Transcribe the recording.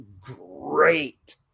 great